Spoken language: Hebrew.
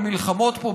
למלחמות פה,